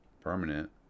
permanent